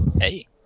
hey